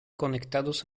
conectados